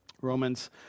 Romans